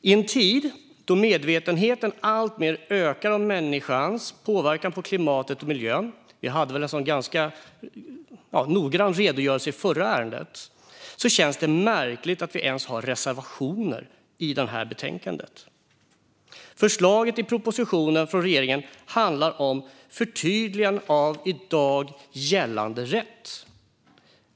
I en tid då medvetenheten alltmer ökar om människans påverkan på klimatet och miljön - det gavs en noggrann redogörelse i förra ärendet - känns det märkligt att det ens finns reservationer i betänkandet. Förslaget i propositionen från regeringen handlar om förtydliganden av i dag gällande rätt.